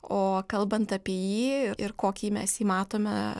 o kalbant apie jį ir kokį mes jį matome